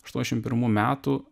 aštuoniasdešimt pirmų metų